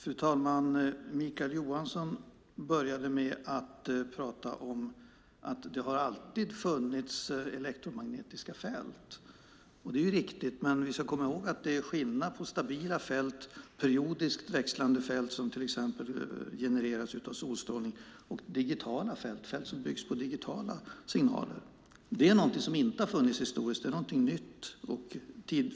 Fru talman! Mikael Jansson började med att tala om att det alltid har funnits elektromagnetiska fält. Det är riktigt. Men vi ska komma ihåg att det är skillnad på stabila fält - periodiskt växlande fält som till exempel genereras av solstrålning - och digitala fält - fält som byggs på digitala signaler, och det är någonting som inte har funnits historiskt. Det är någonting nytt.